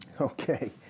Okay